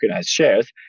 shares